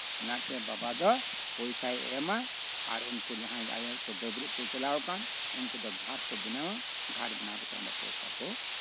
ᱚᱱᱟᱛᱮ ᱵᱟᱵᱟ ᱫᱚ ᱯᱚᱭᱥᱟᱭ ᱮᱢᱟ ᱟᱨ ᱟᱨ ᱩᱱᱠᱩ ᱡᱟᱸᱦᱟᱭ ᱟᱭᱳ ᱦᱚᱲ ᱠᱚ ᱰᱟᱹᱵᱽᱨᱟᱹᱜ ᱪᱟᱞᱟᱣ ᱠᱟᱱ ᱩᱱᱠᱩ ᱫᱚ ᱜᱷᱟᱴ ᱵᱮᱱᱟᱣ ᱠᱟᱛᱮᱜ ᱯᱚᱭᱥᱟ ᱠᱚ